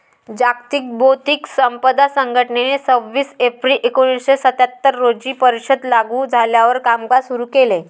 जागतिक बौद्धिक संपदा संघटनेने सव्वीस एप्रिल एकोणीसशे सत्याहत्तर रोजी परिषद लागू झाल्यावर कामकाज सुरू केले